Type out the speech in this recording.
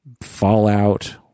Fallout